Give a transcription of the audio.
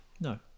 No